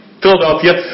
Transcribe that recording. Philadelphia